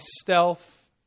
stealth